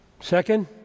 Second